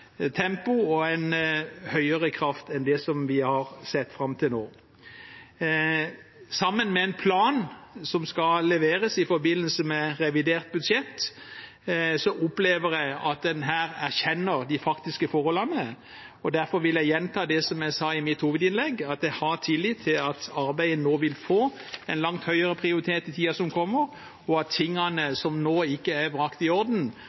vi har sett fram til nå. Dette sammen med en plan som skal leveres i forbindelse med revidert budsjett, gjør at jeg opplever at en her erkjenner de faktiske forholdene. Derfor vil jeg gjenta det jeg sa i mitt hovedinnlegg, at jeg har tillit til at arbeidet nå vil få en langt høyere prioritet i tiden som kommer, og at tingene som nå ikke er brakt i orden,